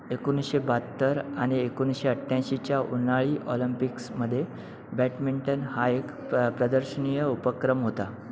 एकोणीसशे बहात्तर आणि एकोणीसशे अठ्ठ्याऐंशीच्या उन्हाळी ऑलम्पिक्समध्ये बॅटमिंटन हा एक प्र प्रदर्शनीय उपक्रम होता